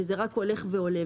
שזה רק הולך ועולה,